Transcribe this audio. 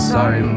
Sorry